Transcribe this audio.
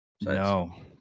No